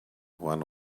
one